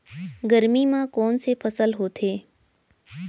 गरमी मा कोन से फसल होथे?